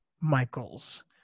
Michaels